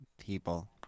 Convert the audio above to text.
people